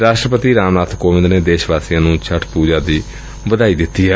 ਰਾਸਟਰਪਤੀ ਰਾਮ ਨਾਥ ਕੋਵਿੰਦ ਨੇ ਦੇਸ਼ ਵਾਸੀਆਂ ਨੁੰ ਛਠ ਪੁਜਾ ਦੀ ਵਧਾਈ ਦਿੱਤੀ ਏ